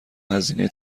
هزینه